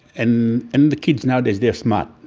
and and the kids nowadays, they are smart.